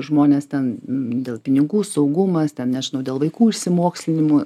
žmonės ten dėl pinigų saugumas ten nežinau dėl vaikų išsimokslinimo